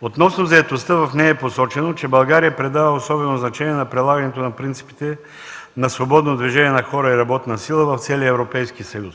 Относно заетостта в нея е посочено, че България придава особено значение на прилагането на принципите на свободно движение на хора и работна сила в целия Европейски съюз.